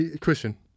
Christian